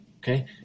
Okay